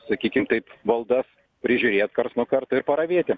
sakykim taip valdas prižiūrėt karts nuo karto ir paravėti